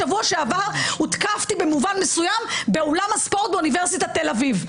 בשבוע שעבר הותקפתי במובן מסוים באולם הספורט באוניברסיטת תל אביב.